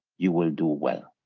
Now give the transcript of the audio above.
you will do well.